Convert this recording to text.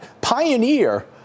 Pioneer